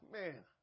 man